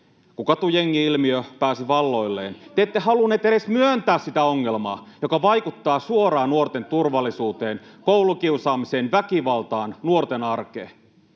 Kun katujengi-ilmiö pääsi valloilleen, te ette halunneet edes myöntää sitä ongelmaa, joka vaikuttaa suoraan nuorten turvallisuuteen, koulukiusaamiseen, väkivaltaan, nuorten arkeen.